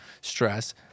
stress